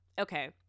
Okay